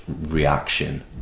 reaction